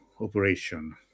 operation